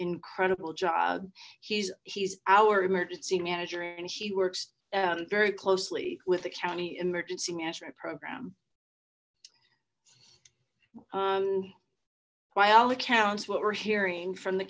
incredible job he's he's our emergency manager and he works very closely with the county emergency management program by all accounts what we're hearing from the